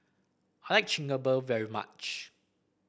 I like Chigenabe very much